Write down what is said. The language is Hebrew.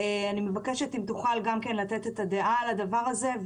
אני מבקשת, אם תוכל, לתת את הדעה גם על הדבר הזה.